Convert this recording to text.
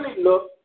look